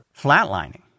flatlining